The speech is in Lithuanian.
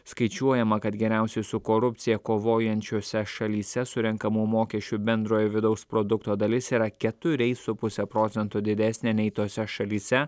skaičiuojama kad geriausiai su korupcija kovojančiose šalyse surenkamų mokesčių bendrojo vidaus produkto dalis yra keturiais su puse procento didesnė nei tose šalyse